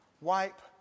Wipe